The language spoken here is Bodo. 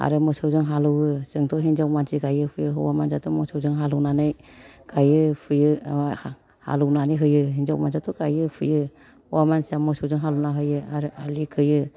आरो मोसौजों हालेवो जोंथ' हिनजाव मानसि गायो फुयो बे हौवा मानसिआथ' हालेवनानै गायो फुयो माबा हालेवनानै होयो हिनजाव मानसिआथ' गायो फुयो हौवा मानसिआ मोसौजों हालेवना होयो आरो आलि खोयो